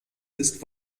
ist